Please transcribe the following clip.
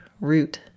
Root